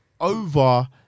Over